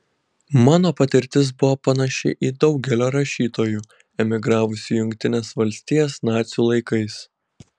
mano patirtis buvo panaši į daugelio rašytojų emigravusių į jungtines valstijas nacių laikais